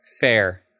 fair